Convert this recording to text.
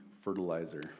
fertilizer